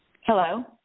Hello